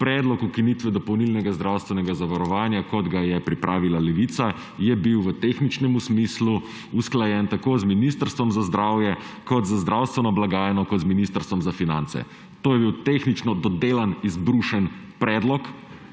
predlog ukinitve dopolnilnega zdravstvenega zavarovanja, kot ga je pripravila Levica, je bil v tehničnemu smislu usklajen z Ministrstvom za zdravje, z zdravstveno blagajno in z Ministrstvom za finance. To je bil tehnično dodelan, izbrušen predlog,